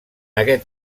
aquest